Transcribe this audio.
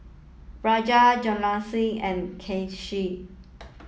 Raja Jahangir and Kanshi